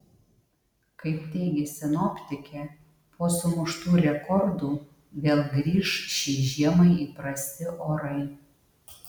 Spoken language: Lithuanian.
kaip teigia sinoptikė po sumuštų rekordų vėl grįš šiai žiemai įprasti orai